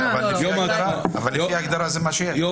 אבל זה מה שיש לפי ההגדרה.